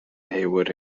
heywood